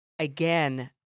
Again